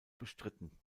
bestritten